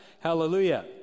Hallelujah